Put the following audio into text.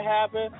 happen